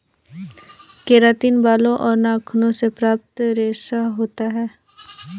keratin बालों और नाखूनों से प्राप्त रेशा होता है